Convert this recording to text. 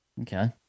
Okay